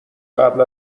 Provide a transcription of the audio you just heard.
قبل